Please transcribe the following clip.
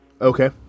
Okay